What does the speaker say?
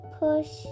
push